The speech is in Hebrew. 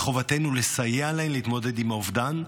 מחובתנו לסייע להן להתמודד עם האובדן,